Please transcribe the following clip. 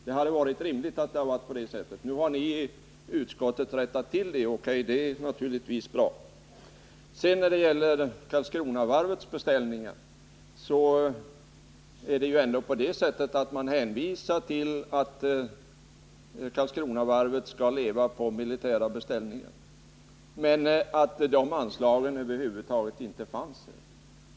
Det hade varit rimligt. Nu har ni i utskottet rättat till det här, och det är naturligtvis bra. När det sedan gäller Karlskronavarvets beställningar är det ändå så att det hänvisas till att varvet skall leva på militära beställningar men att anslagen till detta över huvud taget inte finns med här.